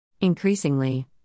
Increasingly